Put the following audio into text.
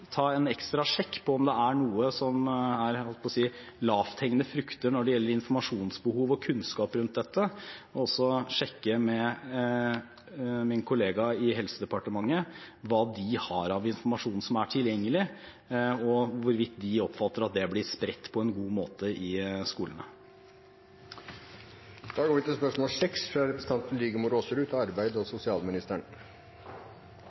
ta en ekstra sjekk på om det er noe som er – jeg holdt på å si – lavthengende frukter når det gjelder informasjonsbehov og kunnskap rundt dette, og også sjekke med min kollega i Helsedepartementet hva de har av informasjon som er tilgjengelig, og hvorvidt de oppfatter at den blir spredt på en god måte i